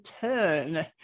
turn